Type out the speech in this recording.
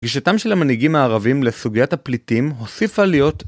גישתם של המנהיגים הערבים לסוגיית הפליטים הוסיפה להיות